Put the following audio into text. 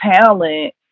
talent